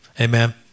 Amen